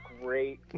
great